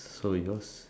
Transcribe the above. so yours